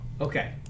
Okay